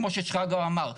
כמו ששרגא אמר.